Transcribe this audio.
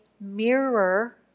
mirror